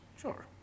Sure